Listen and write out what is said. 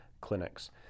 clinics